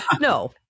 No